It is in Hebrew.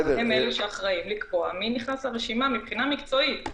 אני מחזיק את צו בריאות העם וסעיף 2 מדבר על אדם המצוי בבידוד,